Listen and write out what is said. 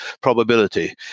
probability